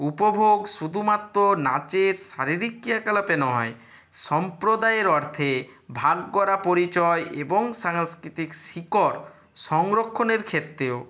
উপভোগ শুধুমাত্র নাচের শারীরিক ক্রিয়াকলাপে নয় সম্প্রদায়ের অর্থে ভাগ করা পরিচয় এবং সাংস্কৃতিক শিকড় সংরক্ষণের ক্ষেত্রেও